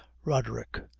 roderick.